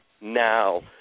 now